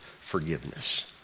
forgiveness